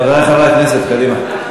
חברי חברי הכנסת, קדימה.